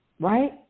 right